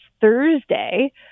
Thursday